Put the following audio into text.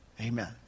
Amen